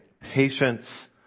Patience